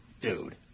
Dude